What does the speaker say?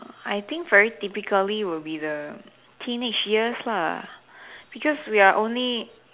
I think very typically will be the teenage years lah because we were only